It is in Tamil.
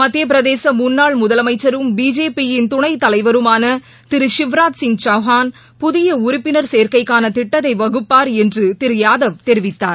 மத்தியப் பிரதேசமுன்னாள் முதலமைச்சரும் பிஜேபி யின் துணைத் தலைவருமானதிருசிவ்ராஜ் சிங் சவ்கான் புதியஉறுப்பினர் சேர்க்கைக்கானதிட்டத்தைவகுப்பார் என்றுதிருயாதவ் தெரிவித்தார்